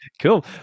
Cool